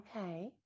Okay